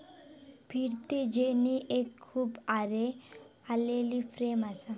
फिरती जेनी एक खूप आरे असलेली फ्रेम असा